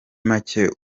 make